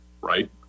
right